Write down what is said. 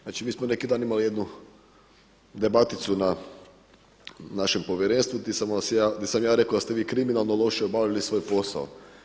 Znači mi smo neki dan imali jednu debaticu na našem Povjerenstvu gdje sam ja rekli da ste vi kriminalno loše obavili svoj posao.